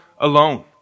alone